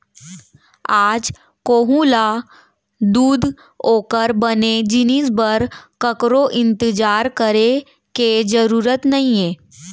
आज कोहूँ ल दूद ओकर बने जिनिस बर ककरो इंतजार करे के जरूर नइये